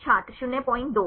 छात्र 02